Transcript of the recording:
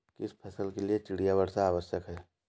किस फसल के लिए चिड़िया वर्षा आवश्यक है?